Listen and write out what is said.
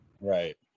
Right